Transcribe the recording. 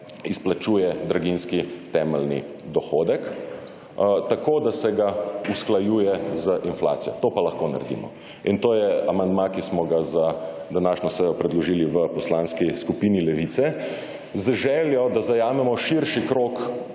izplačuje draginjski temeljni dohodek, tako, da se ga usklajuje z inflacijo, to pa lahko naredimo in to je amandma, ki smo ga za današnjo sejo predložili v Poslanski skupini Levice z željo, da zajamemo širši krog